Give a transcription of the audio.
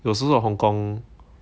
it was also a Hong-Kong